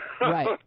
Right